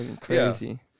Crazy